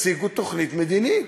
תציגו תוכנית מדינית.